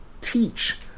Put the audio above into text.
teach